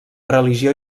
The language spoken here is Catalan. religió